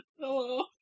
Hello